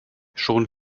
schon